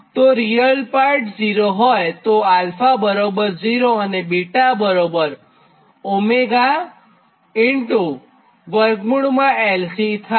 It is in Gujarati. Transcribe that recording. તો રીયલ પાર્ટ 0 હોયતો 𝛼0 અને 𝛽 𝜔LC થાય